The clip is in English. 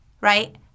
Right